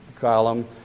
column